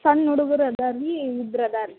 ಸಣ್ಣ ಹುಡುಗ್ರು ಅದಾರ ರೀ ಇಬ್ರು ಅದಾರ ರೀ